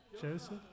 Joseph